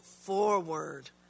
forward